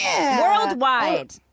Worldwide